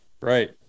Right